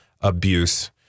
abuse